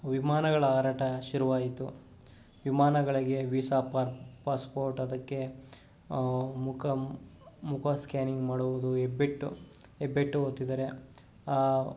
ವಿಮಾನಗಳ ಹಾರಾಟ ಶುರುವಾಯಿತು ವಿಮಾನಗಳಿಗೆ ವೀಸಾ ಪಾ ಪಾಸ್ಪೋರ್ಟ್ ಅದಕ್ಕೆ ಮುಖ ಮುಖ ಸ್ಕ್ಯಾನಿಂಗ್ ಮಾಡುವುದು ಹೆಬ್ಬೆಟ್ಟು ಹೆಬ್ಬೆಟ್ಟು ಒತ್ತಿದರೆ